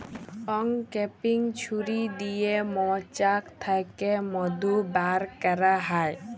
uncapping ছুরি দিয়ে মোচাক থ্যাকে মধু ব্যার ক্যারা হয়